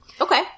Okay